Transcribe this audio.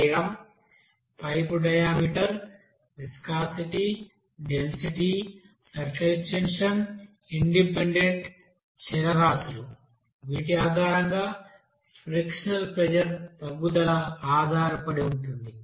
వేగంపైపు వ్యాసం viscosity density surface tension independent చరరాశులు వీటి ఆధారంగా ఫ్రిక్షనల్ ప్రెజర్ తగ్గుదల ఆధారపడి ఉంటుంది